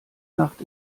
nacht